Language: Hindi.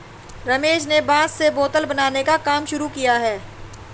रमेश ने बांस से बोतल बनाने का काम शुरू किया है